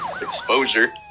exposure